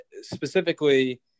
specifically